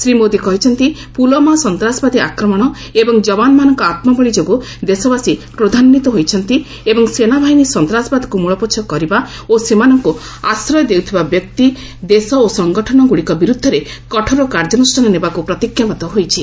ଶ୍ରୀ ମୋଦି କହିଛନ୍ତି ପୁଲଓ୍ୱାମା ସନ୍ତାସବାଦୀ ଆକ୍ରମଣ ଏବଂ ଯବାନମାନଙ୍କ ଆତ୍ମବଳି ଯୋଗୁଁ ଦେଶବାସୀ କ୍ରୋଧାନ୍ଧିତ ହୋଇଛନ୍ତି ଏବଂ ସେନାବାହିନୀ ସନ୍ତାସବାଦକୁ ମୂଳପୋଛ କରିବା ଓ ସେମାନଙ୍କୁ ଆଶ୍ରୟ ଦେଉଥିବା ବ୍ୟକ୍ତି ଦେଶ ଓ ସଂଗଠନଗୁଡ଼ିକ ବିରୁଦ୍ଧରେ କଠୋର କାର୍ଯ୍ୟାନୁଷ୍ଠାନ ନେବାକୁ ପ୍ରତିଜ୍ଞାବଦ୍ଧ ହୋଇଛି